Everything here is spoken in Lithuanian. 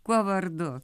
kuo vardu